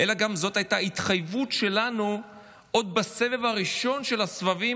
אלא זו גם ההתחייבות שלנו עוד בסבב הראשון מהסבבים,